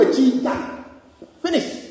Finish